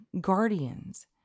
guardians